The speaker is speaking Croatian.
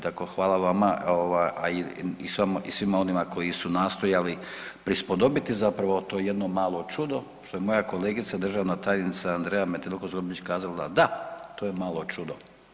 Tako hvala vama ovaj, a i svima onima koji su nastojali prispodobiti zapravo to jedno malo čudo što je moja kolegica državna tajnica Andreja Metelko Zgombić kazala da, to je malo čudo.